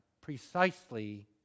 precisely